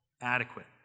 adequate